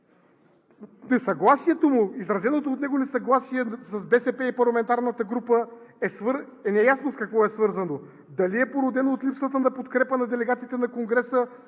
се казва, че „изразеното от него несъгласие с БСП и парламентарната група е неясно с какво е свързано – дали е породено от липсата на подкрепа на делегатите на Конгреса